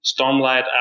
Stormlight